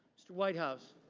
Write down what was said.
mr. whitehouse.